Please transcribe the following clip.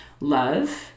love